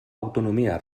autonomia